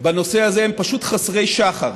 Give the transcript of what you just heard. בנושא הזה הם פשוט חסרי שחר.